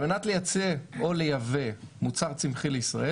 על מנת לייצא או לייבא מוצר צמחי לישראל,